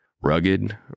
Rugged